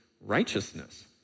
righteousness